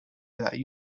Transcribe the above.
without